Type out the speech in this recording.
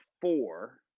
four